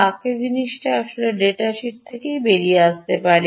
বাকী জিনিসটি আসলে ডাটা শীট থেকেই বেরিয়ে আসতে পারে